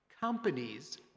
Companies